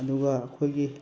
ꯑꯗꯨꯒ ꯑꯩꯈꯣꯏꯒꯤ